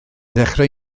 dechrau